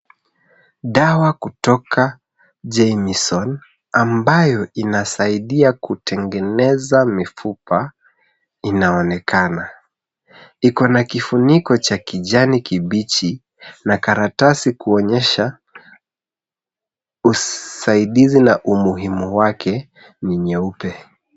Dawa kutoka jameson ambayo inasaidia kutengeneza mifupa inaonekana. Iko na kifuniko cha kijani kibichi na karatasi kuonyesha usaidizi na umuhimu wake ni nyeupe.